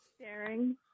staring